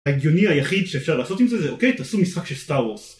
הגיוני היחיד שאפשר לעשות עם זה זה אוקיי תעשו משחק של סטאר וורס